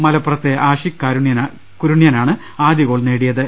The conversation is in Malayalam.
മലപ്പുറത്തെ ആഷിക് കുരുണ്യ നാണ് ആദ്യഗ്ഗോൾ നേടിയത്